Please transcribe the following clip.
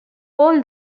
قول